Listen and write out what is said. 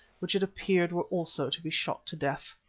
which it appeared were also to be shot to death.